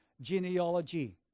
genealogy